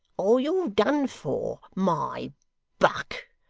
or you're done for, my buck.